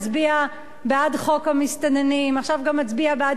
מצביע בעד חוק המסתננים עכשיו גם מצביע בעד